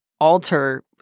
alter